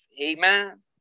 Amen